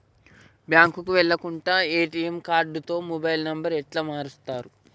బ్యాంకుకి వెళ్లకుండా ఎ.టి.ఎమ్ కార్డుతో మొబైల్ నంబర్ ఎట్ల మారుస్తరు?